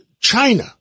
China